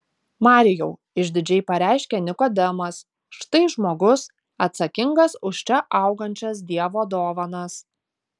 marijau išdidžiai pareiškė nikodemas štai žmogus atsakingas už čia augančias dievo dovanas